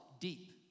deep